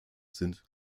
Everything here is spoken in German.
sind